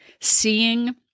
seeing